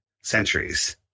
centuries